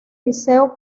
liceo